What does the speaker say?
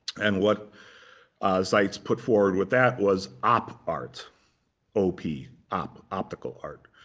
and what seitz put forward with that was op art o p, op, optical art.